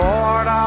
Lord